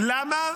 למה?